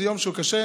זה יום שהוא קשה,